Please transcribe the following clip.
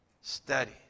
Steady